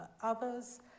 others